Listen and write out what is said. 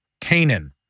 Canaan